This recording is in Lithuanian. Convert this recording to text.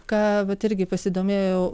ką vat irgi pasidomėjau